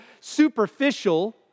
superficial